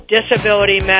Disability